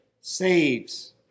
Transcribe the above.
saves